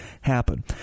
happen